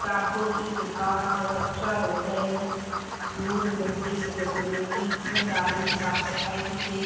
ॾाढो ई बेकारु आहे कचा रोड आहिनि धूल मिटी सॼो ॾींहुं उॾे थी न नालनि जी साफ़ सफ़ाई थी थिए